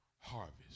harvest